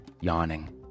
yawning